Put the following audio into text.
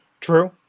True